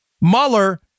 Mueller